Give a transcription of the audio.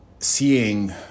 seeing